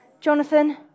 Jonathan